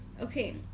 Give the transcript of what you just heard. Okay